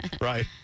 Right